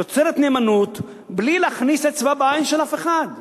יוצרת נאמנות, בלי להכניס אצבע בעין של אף אחד.